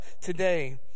today